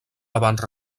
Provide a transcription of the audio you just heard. abans